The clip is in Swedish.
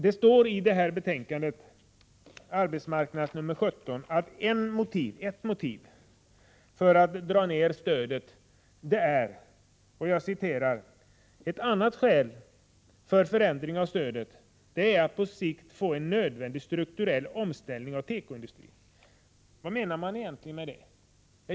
I arbetsmarknadsutskottets betänkande 17 står att ett motiv för att dra ned stödet är följande: ”Ett annat skäl för förändring av stödet är att på sikt få en nödvändig strukturell omställning av tekoindustrin.” Vad menas egentligen med det?